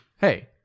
Hey